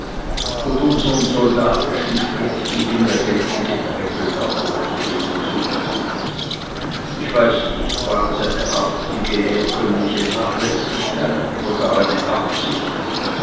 und unsern soldatischen schritt gegen ihr gänsegetrippel hervorzuheben suchten ich weiß nicht war es eine artige herkömmliche nachlässigkeit oder gar eine absicht